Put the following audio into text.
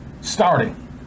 starting